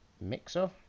mixer